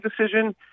decision